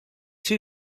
too